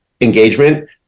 engagement